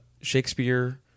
Shakespeare